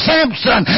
Samson